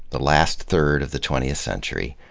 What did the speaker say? the last third of the twentieth century,